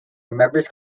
remembers